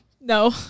No